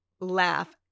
laugh